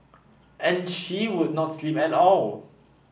and she would not sleep at all